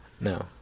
No